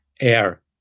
air